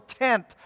tent